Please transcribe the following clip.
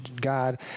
God